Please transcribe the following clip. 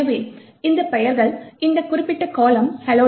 எனவே இந்த பெயர்கள் இந்த குறிப்பிட்ட கால்லம் hello